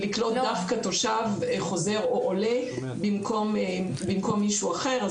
לקלוט דווקא תושב חוזר או עולה במקום מישהו אחר.